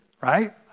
right